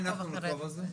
מתי אנחנו נעקוב על זה?